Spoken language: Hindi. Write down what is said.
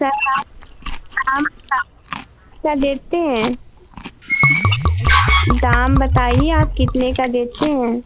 सर आप हम सर देते हैं दाम बताइए आप कितने का देते हैं